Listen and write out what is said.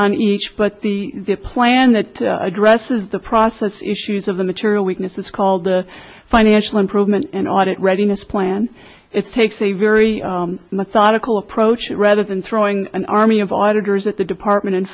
on each but the plan that addresses the process issues of the material weakness is called the financial improvement and audit readiness plan it takes a very methodical approach rather than throwing an army of auditors at the department